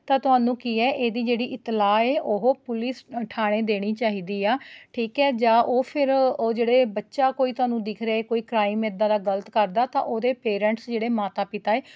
ਤਾਂ ਤੁਹਾਨੂੰ ਕੀ ਹੈ ਇਹਦੀ ਜਿਹੜੀ ਇਤਲਾਹ ਏ ਉਹ ਪੁਲਿਸ ਠਾਣੇ ਦੇਣੀ ਚਾਹੀਦੀ ਆ ਠੀਕ ਹੈ ਜਾਂ ਉਹ ਫਿਰ ਉਹ ਜਿਹੜੇ ਬੱਚਾ ਕੋਈ ਤੁਹਾਨੂੰ ਦਿਖ ਰਿਹਾ ਏ ਕੋਈ ਕਰਾਇਮ ਇੱਦਾਂ ਦਾ ਗਲਤ ਕਰਦਾ ਤਾਂ ਉਹਦੇ ਪੇਰੈਂਟਸ ਜਿਹੜੇ ਮਾਤਾ ਪਿਤਾ ਏ